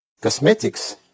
cosmetics